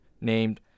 named